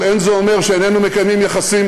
אבל אין זה אומר שאיננו מקיימים יחסים